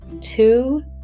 two